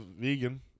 vegan